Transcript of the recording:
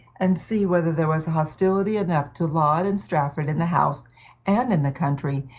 and see whether there was hostility enough to laud and strafford in the house and in the country,